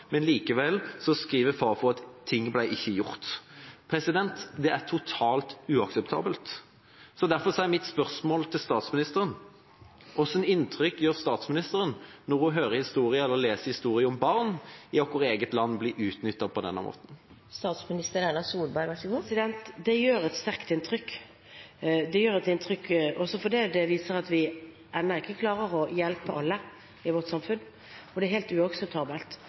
men likevel skriver Fafo at ting ikke ble gjort. Det er totalt uakseptabelt. Derfor er mitt spørsmål til statsministeren: Hvilket inntrykk gjør det på statsministeren når hun hører eller leser historier om at barn i vårt eget land blir utnyttet på denne måten? Det gjør et sterkt inntrykk. Det gjør et inntrykk også fordi det viser at vi ennå ikke klarer å hjelpe alle i vårt samfunn. Det er helt uakseptabelt at dette forekommer, og det er helt uakseptabelt